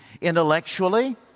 intellectually